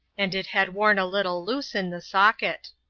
and it had worn a little loose in the socket.